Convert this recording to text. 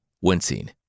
wincing